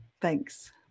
thanks